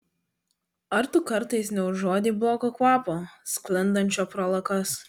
ar tu kartais neužuodei blogo kvapo sklindančio pro lakas